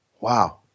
Wow